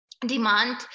Demand